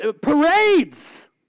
parades